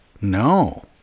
No